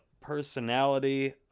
personality